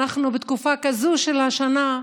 ואנחנו בתקופה כזאת של השנה,